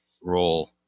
role